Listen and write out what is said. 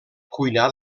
cuinar